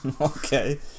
okay